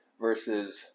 versus